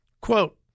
Quote